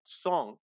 song